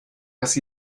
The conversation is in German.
dass